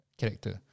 character